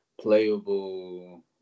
playable